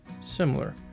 similar